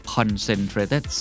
Concentrated